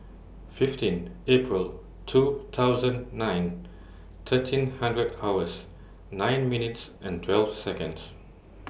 fifteen April two thousand nine thirteen hundred hours nine minutes and twelve Seconds